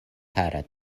kara